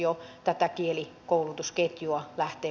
tämä huoli on aiheellinen